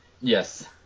Yes